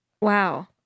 wow